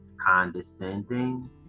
condescending